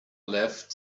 left